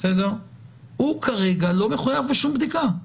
הוא כרגע לא מחויב בשום בדיקה.